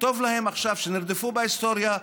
שנרדפו בהיסטוריה,